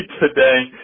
today